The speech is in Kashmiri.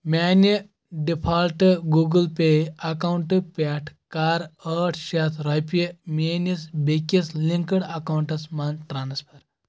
میانہِ ڈفالٹ گوٗگٕل پے اکاونٛٹہٕ پٮ۪ٹھ کَر ٲٹھ شیٚتھ رۄپیہِ میٲنِس بیٛکِس لنکٕڈ اکاونٹَس مَنٛز ٹرانسفر